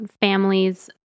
families